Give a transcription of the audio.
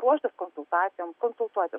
ruoštis konsultacijoms konsultuotis